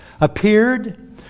Appeared